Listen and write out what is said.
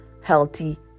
healthy